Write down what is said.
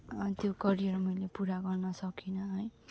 त्यो करियर मैले पुरा गर्नु सकिनँ है